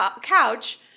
couch